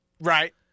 Right